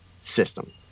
system